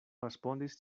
respondis